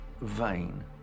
vain